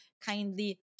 kindly